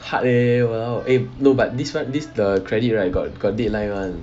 hard leh !walao! eh no but this one this the credit right got got deadline one